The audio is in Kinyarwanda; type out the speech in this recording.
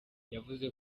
yavuze